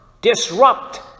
disrupt